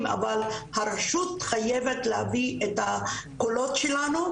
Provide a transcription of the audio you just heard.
אבל הרשות חייבת להביא את הקולות שלנו,